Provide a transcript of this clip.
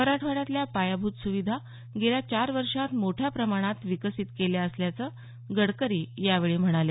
मराठवाड्यातल्या पायाभूत सुविधा गेल्या चार वर्षांत मोठ्या प्रमाणात विकासित केल्या असल्याचं यावेळी म्हणाले